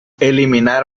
eliminar